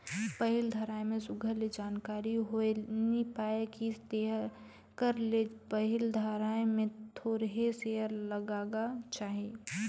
पहिल धाएर में सुग्घर ले जानकारी होए नी पाए कि तेकर ले पहिल धाएर में थोरहें सेयर लगागा चाही